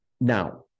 Now